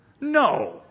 No